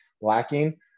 lacking